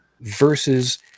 versus